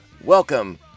Welcome